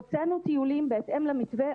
הוצאנו טיולים בהתאם למתווה,